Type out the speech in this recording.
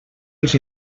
els